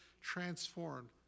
transformed